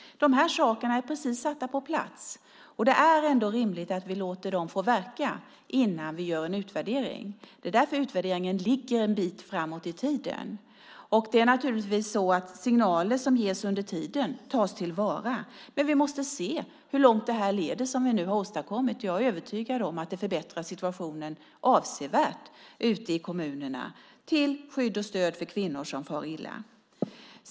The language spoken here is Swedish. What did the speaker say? Dessa saker är precis satta på plats, och det är ändå rimligt att vi låter dem få verka innan vi gör en utvärdering. Det är därför som utvärderingen ligger en bit framåt i tiden. Signaler som ges under tiden tas naturligtvis till vara. Men vi måste se hur långt det som vi nu har åstadkommit leder. Jag är övertygad om att det förbättrar situationen avsevärt ute i kommunerna till skydd och stöd för kvinnor som far illa.